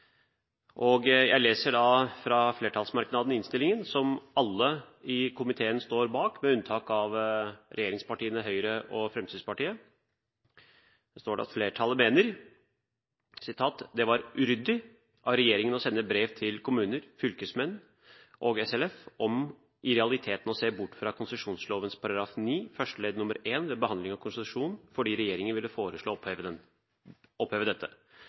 sendt. Jeg leser fra flertallsmerknaden i innstillingen, som alle i komiteen står bak, med unntak av regjeringspartiene Høyre og Fremskrittspartiet: «Dette flertallet mener det er uryddig av regjeringen å sende brev til kommuner, fylkeskommuner og SLF om å se bort fra konsesjonslovens § 9 første ledd ved behandling av konsesjon fordi regjeringen vil foreslå å oppheve dette.» Det står også at «brevet fra regjeringen foregriper Stortingets lovbehandling av regjeringens forslag om å oppheve priskontrollen i konsesjonsloven». Dette